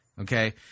okay